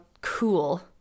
cool